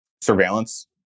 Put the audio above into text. surveillance